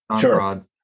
Sure